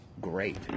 great